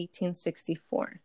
1864